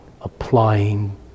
applying